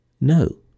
no